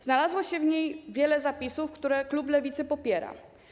Znalazło się w niej wiele zapisów, które klub Lewicy popiera.